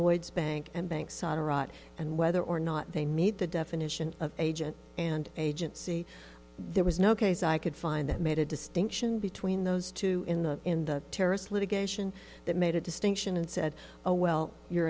iraq and whether or not they meet the definition of agent and agency there was no case i could find that made a distinction between those two in the in the terrorist litigation that made a distinction and said oh well you're